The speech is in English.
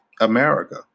America